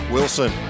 Wilson